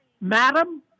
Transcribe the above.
Madam